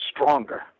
stronger